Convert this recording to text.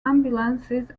ambulances